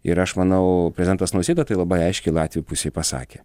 ir aš manau prezidentas nausėda tai labai aiškiai latvių pusei pasakė